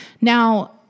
Now-